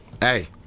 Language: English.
Hey